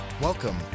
Welcome